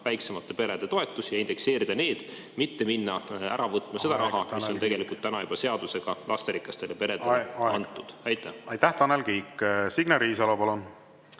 väiksemate perede toetusi, indekseerida need, mitte minna ära võtma seda raha, mis on tegelikult juba seadusega lasterikastele perede antud. Aeg! Aitäh, Tanel Kiik! Signe Riisalo,